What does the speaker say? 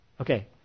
Okay